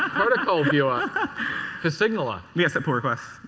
protocol viewer to signaler. yeah so pull requests.